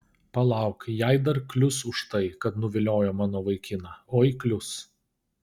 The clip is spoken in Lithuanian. palauk jai dar klius už tai kad nuviliojo mano vaikiną oi klius